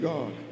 God